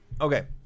Okay